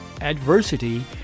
adversity